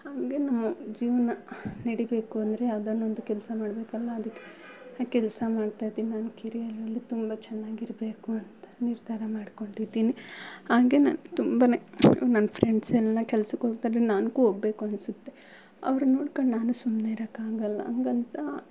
ಹಂಗೆ ನಮ್ಮ ಜೀವನ ನಡಿಬೇಕು ಅಂದರೆ ಯಾವುದಾನೊಂದು ಕೆಲಸ ಮಾಡಬೇಕಲ್ಲ ಅದಕ್ಕೆ ಆ ಕೆಲಸ ಮಾಡ್ತಾಯಿರ್ತೀನಿ ನಾನು ಕೆರಿಯರಲ್ಲಿ ತುಂಬ ಚೆನ್ನಾಗಿರ್ಬೇಕು ಅಂತ ನಿರ್ಧಾರ ಮಾಡಿಕೊಂಡಿದ್ದೀನಿ ಹಂಗೆ ನಾನು ತುಂಬಾ ನನ್ನ ಫ್ರೆಂಡ್ಸ್ ಎಲ್ಲ ಕೆಲ್ಸಕ್ಕೆ ಹೋಗ್ತಾರೆ ನನ್ಗು ಹೋಗ್ಬೇಕು ಅನಿಸುತ್ತೆ ಅವ್ರನ್ನ ನೋಡ್ಕೊಂಡು ನಾನು ಸುಮ್ನಿರೋಕಾಗಲ್ಲ ಹಂಗಂತಾ